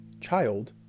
child